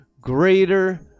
greater